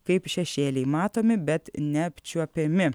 kaip šešėliai matomi bet neapčiuopiami